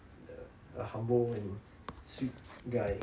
a humble and sweet guy